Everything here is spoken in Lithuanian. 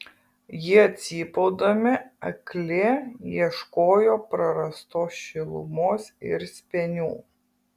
jie cypaudami akli ieškojo prarastos šilumos ir spenių